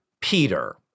Peter